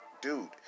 dude